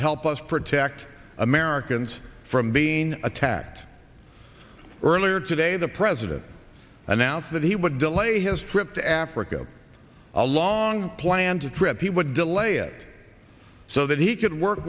help us protect americans from being attacked earlier today the president announced that he would delay his trip to africa a long planned trip he would delay it so that he could work